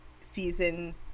season